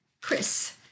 Chris